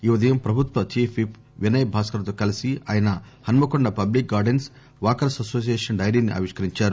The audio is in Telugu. ఈ ఉదయం ప్రభుత్వ చీఫ్ విప్ వినయ్ భాస్కర్ తో కలసి ఆయన Hanamkonda public gardens walkers association డైరీని ఆవిష్కరించారు